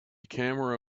camera